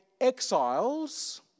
exiles